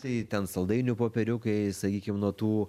tai ten saldainių popieriukai sakykim nuo tų